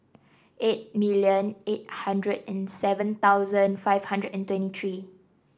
eight million eight hundred and seven thousand five hundred and twenty three